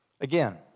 Again